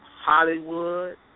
Hollywood